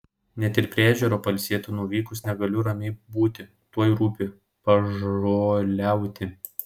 net ir prie ežero pailsėti nuvykusi negaliu ramiai būti tuoj rūpi pažoliauti